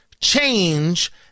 change